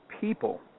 people